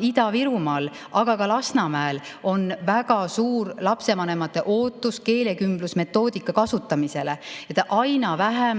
Ida-Virumaal, aga ka Lasnamäel on väga suur lapsevanemate ootus keelekümblusmetoodika kasutamisele. Aina vähem